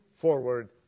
forward